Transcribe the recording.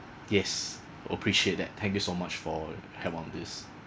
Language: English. yes appreciate that thank you so much for help on this